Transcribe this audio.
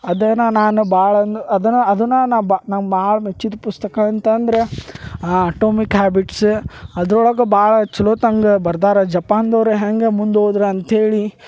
ಅದೇನ ನಾನು ಭಾಳ ಒಂದು ಅದನ್ನ ಅದನ್ನ ನಾ ಬಾ ನಾನು ಭಾಳ ಮೆಚ್ಚಿದ ಪುಸ್ತಕ ಅಂತಂದ್ರೆ ಅಟೋಮಿಕ್ ಹ್ಯಾಬಿಟ್ಸ್ ಅದ್ರೊಳಗೆ ಭಾಳ ಚಲೋತಂಗ ಬರ್ದಾರ ಜಪಾನ್ದವ್ರು ಹೆಂಗೆ ಮುಂದೆ ಹೋದ್ರೆ ಅಂತ್ಹೇಳಿ